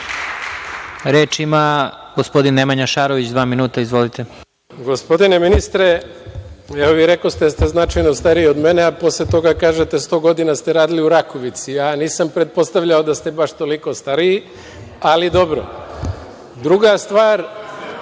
ima gospodin Nemanja Šarović, dva minuta. Izvolite. **Nemanja Šarović** Gospodine ministre, rekoste da ste značajno stariji od mene, a posle toga kažete – sto godina ste radili u Rakovici. Ja nisam pretpostavljao da ste baš toliko stariji, ali dobro. Druga stvar,